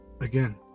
again